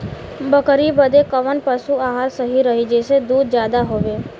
बकरी बदे कवन पशु आहार सही रही जेसे दूध ज्यादा होवे?